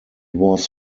was